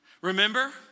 Remember